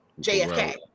JFK